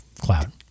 cloud